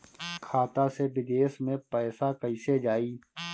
खाता से विदेश मे पैसा कईसे जाई?